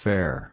Fair